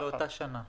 לאותה שנה.